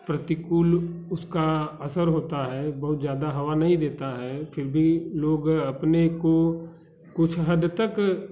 प्रतिकूल उसका असर होता है बहुत ज़्यादा हवा नहीं देता है फिर भी लोग अपने को कुछ हद तक